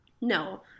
no